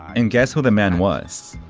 and guess who the man was?